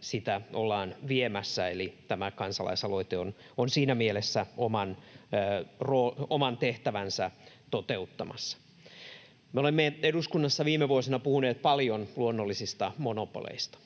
sitä ollaan viemässä. Eli tämä kansalaisaloite on siinä mielessä oman tehtävänsä toteuttamassa. Me olemme eduskunnassa viime vuosina puhuneet paljon luonnollisista monopoleista.